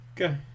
Okay